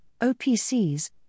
OPCs